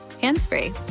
hands-free